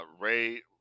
Ray